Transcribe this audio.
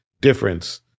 difference